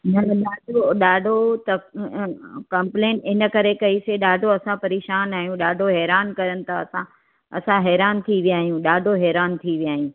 न न ॾाढो ॾाढो तक कंप्लेन इन करे कइसीं ॾाढो असां परेशानु आहियूं ॾाढो हेरान करनि तव्हां असां असां हेरानि थी विया आहियूं ॾाढो हेरानि थी विया आहियूं